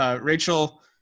Rachel